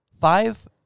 Five